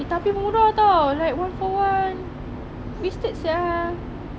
eh tapi murah tau like one for one wasted sia